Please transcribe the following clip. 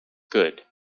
good